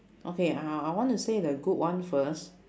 okay I I want to say the good one first